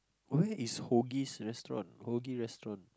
where is Hoagie's restaurant Hoagie restaurant